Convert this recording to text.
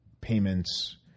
payments